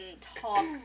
talk